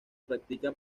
practica